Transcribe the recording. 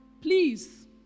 Please